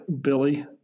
Billy